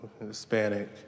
Hispanic